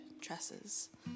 tresses